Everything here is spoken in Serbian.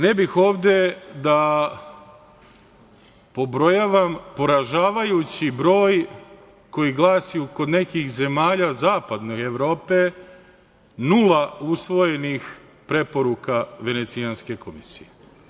Ne bih ovde da pobrojavam poražavajući broj koji glasi kod nekih zemalja zapadne Evrope nula usvojenih preporuka Venecijanske komisije.